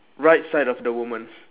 right side of the woman